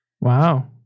Wow